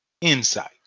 insight